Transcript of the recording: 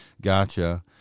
Gotcha